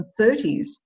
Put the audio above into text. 30s